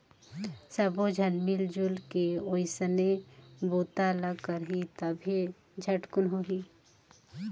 सब्बो झन मिलजुल के ओइसने बूता ल करही तभे झटकुन होही